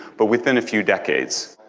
but within a few decades.